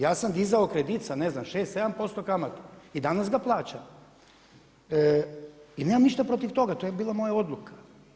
Ja sam dizao kredit sa ne znam 6, 7% kamatom, i danas ga plaćam i nemam ništa protiv toga, to je bila moja odluka.